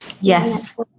Yes